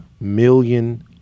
million